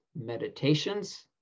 meditations